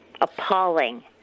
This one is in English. Appalling